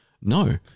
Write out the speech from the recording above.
no